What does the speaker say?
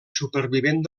supervivent